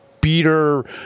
beater